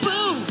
Boo